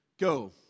Go